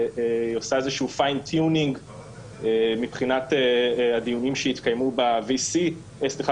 היא עושה איזה שהוא fine tuning מבחינת הדיונים שיתקיימו בנוכחות.